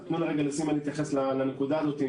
אז תנו רגע לסימה להתייחס לנקודה הזאת.